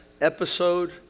episode